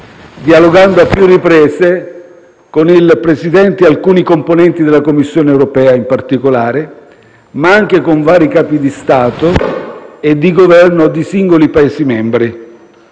dialogando a più riprese con il Presidente e alcuni componenti della Commissione europea in particolare, ma anche con vari Capi di Stato e di Governo di singoli Paesi membri,